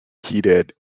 heated